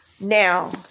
Now